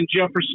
Jefferson